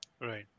Right